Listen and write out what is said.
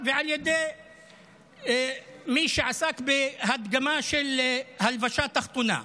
ועל ידי מי שעסק בהדגמה של הלבשה תחתונה.